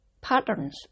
patterns